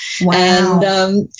Wow